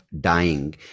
dying